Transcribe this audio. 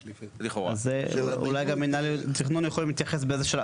אז אולי גם מינהל התכנון יכולים להתייחס באיזה שלב.